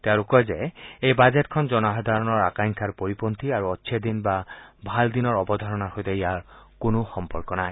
তেওঁ আৰু কয় যে এই বাজেটখন জনসাধাৰণৰ আকাংক্ষাৰ পৰিপন্থী আৰু অচ্ছে দিন বা ভাল দিনৰ অৱধাৰণাৰ সৈতে ইয়াৰ কোনো সম্পৰ্ক নাই